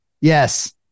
Yes